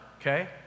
okay